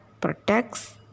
protects